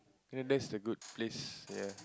and that's a good place ya